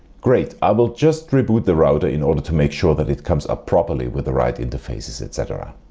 great i will just reboot the router in order to make sure that it comes up properly with the right interfaces etc.